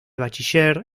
bachiller